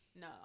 No